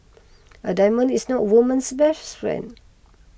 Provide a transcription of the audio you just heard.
a diamond is not woman's best friend